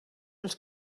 els